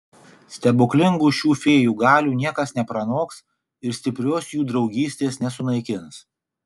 stebuklingų šių fėjų galių niekas nepranoks ir stiprios jų draugystės nesunaikins